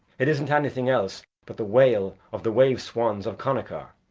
it isn't anything else but the wail of the wave-swans of connachar,